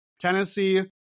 Tennessee